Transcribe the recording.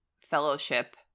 fellowship